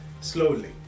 slowly